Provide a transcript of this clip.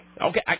Okay